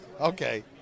Okay